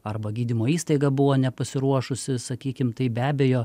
arba gydymo įstaiga buvo nepasiruošusi sakykim tai be abejo